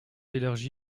élargi